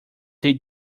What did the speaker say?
they